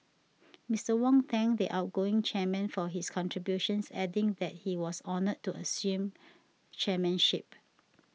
Mister Wong thanked the outgoing chairman for his contributions adding that he was honoured to assume chairmanship